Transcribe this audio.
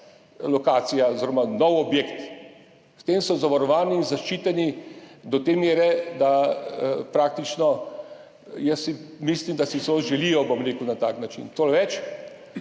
lokacija oziroma nov objekt. S tem so zavarovani in zaščiteni do te mere, da si praktično, jaz si mislim, celo želijo, bom rekel, na tak način. Tako ne